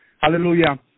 hallelujah